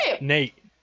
Nate